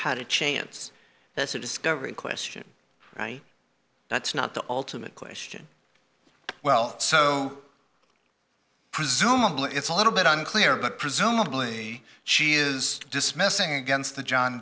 had a chance it's a discovery question that's not the ultimate question well so presumably it's a little bit unclear but presumably she is dismissing against the john